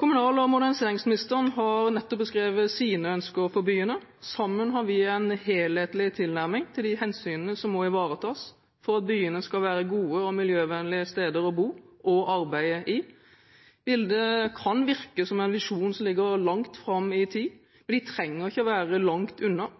Kommunal- og moderniseringsministeren har nettopp beskrevet sine ønsker for byene. Sammen har vi en helhetlig tilnærming til de hensynene som må ivaretas for at byene skal være gode og miljøvennlige steder å bo og arbeide i. Bildet kan virke som en visjon som ligger langt fram i tid, men den trenger ikke å være langt unna.